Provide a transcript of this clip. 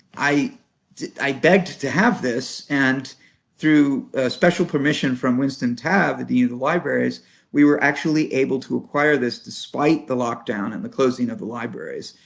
i i begged to have this and through a special permission from winston tabb at the. libraries we were actually able to acquire this despite the lockdown and the closing of the libraries.